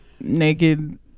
naked